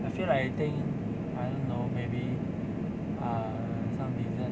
I feel like eating I don't know maybe err some dessert